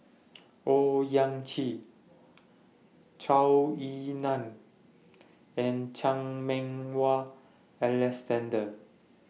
Owyang Chi Zhou Ying NAN and Chan Meng Wah Alexander